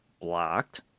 blocked